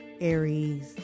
Aries